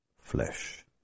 flesh